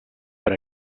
per